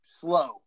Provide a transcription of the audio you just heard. slow